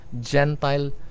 Gentile